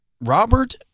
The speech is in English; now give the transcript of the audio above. Robert